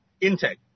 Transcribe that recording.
intake